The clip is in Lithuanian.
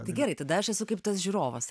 tai gerai tada aš esu kaip tas žiūrovas